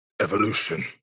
evolution